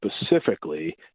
specifically